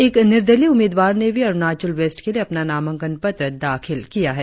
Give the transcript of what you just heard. एक निर्दलीय उम्मीदवार ने भी अरुणाचल वेस्ट के लिए अपना नामांकन पत्र दाखिल किया है